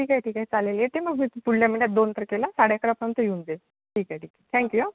ठीक आहे ठीक आहे चालेल येते मग पुढल्या दोन तारखेला साडे अकरापर्यंत येऊन जाईन ठीक आहे ठीक थँकू आ